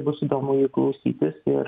bus įdomu jų klausytis ir